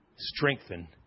strengthen